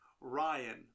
Ryan